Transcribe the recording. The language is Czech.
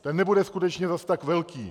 Ten nebude skutečně zas tak velký.